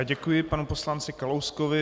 Děkuji panu poslanci Kalouskovi.